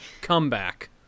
comeback